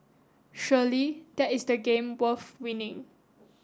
surely that is the game worth winning